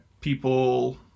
people